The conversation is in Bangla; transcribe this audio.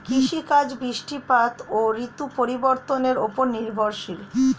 কৃষিকাজ বৃষ্টিপাত ও ঋতু পরিবর্তনের উপর নির্ভরশীল